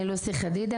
אני לוסי חדידה,